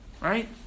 Right